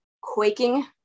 quaking